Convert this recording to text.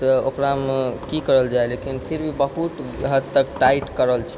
तऽ ओकरामे की करल जाइ लेकिन फिर भी बहुत हद तक टाइट करल छै